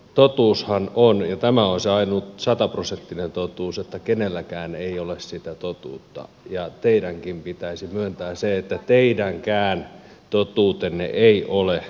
totuushan on ja tämä on se ainut sataprosenttinen totuus että kenelläkään ei ole sitä totuutta ja teidänkin pitäisi myöntää se että teidänkään totuutenne ei ole sataprosenttinen